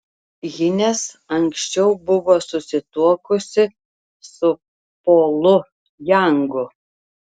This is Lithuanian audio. hines anksčiau buvo susituokusi su polu jangu